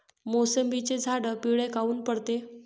मोसंबीचे झाडं पिवळे काऊन पडते?